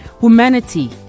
Humanity